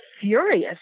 furious